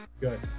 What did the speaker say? Good